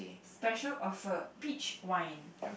special offer peach wine